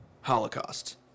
Holocaust